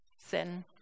sin